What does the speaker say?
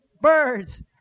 birds